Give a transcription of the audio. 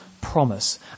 promise